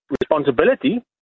responsibility